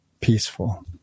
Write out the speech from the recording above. peaceful